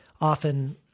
often